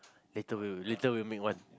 later we will later we will make one